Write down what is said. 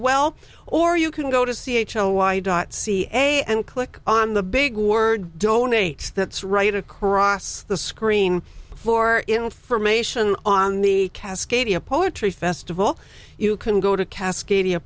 well or you can go to c h o y dot ca and click on the big word donate that's right across the screen for information on the cascadia poetry festival you can go to